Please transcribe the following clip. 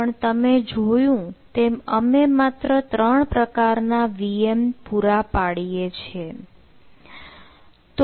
પણ તમે જોયું તેમ અમે માત્ર ત્રણ પ્રકારના VM પુરા પાડીએ છે